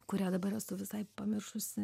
kurią dabar esu visai pamiršusi